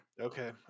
Okay